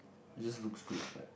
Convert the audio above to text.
it's just looks good like